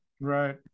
right